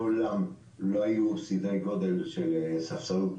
מעולם לא היינו בסדרי גודל כזה של ספסרות,